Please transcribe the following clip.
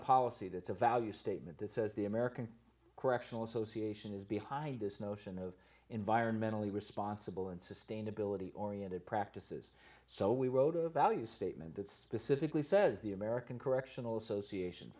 a policy that's a value statement that says the american correctional association is behind this notion of environmentally responsible and sustainability oriented practices so we wrote a value statement that specifically says the american correctional association